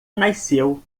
nasceu